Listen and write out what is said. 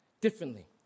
differently